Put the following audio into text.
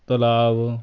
ਤਲਾਬ